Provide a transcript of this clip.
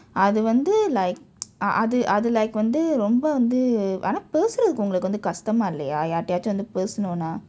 அது வந்து:athu vanthu like அது அது:athu athu like வந்து ரொம்ப வந்து ஆனால் பேசுவதற்கு உங்களுக்கு கஷ்டமாக இல்லைய யாரிடம் பேசணும்னா:vanthu romba vanthu aanal pesuvatharku unkalukku kashtamaaka illaiya yaridam pessanumna